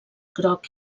groc